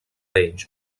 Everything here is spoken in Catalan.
ells